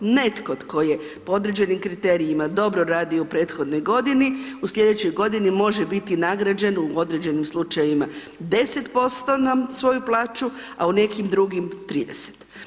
Netko tko je po određenim kriterijima dobro radio u prethodnoj godini, u slijedećoj godini može biti nagrađen u određenim slučajevima 10% na svoju plaću, a u nekim drugim 30.